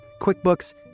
QuickBooks